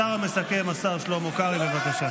השר המסכם, השר שלמה קרעי, בבקשה.